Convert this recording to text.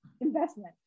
investment